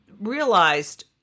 realized